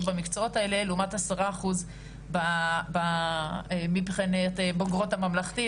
במקצועות האלה לעומת 10 אחוזים מבוגרות הממלכתי.